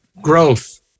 Growth